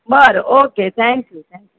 बरं okay thank you thank you